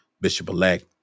Bishop-Elect